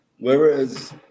Whereas